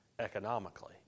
economically